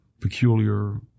peculiar